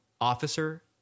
officer